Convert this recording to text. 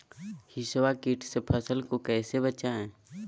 हिसबा किट से फसल को कैसे बचाए?